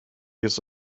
ist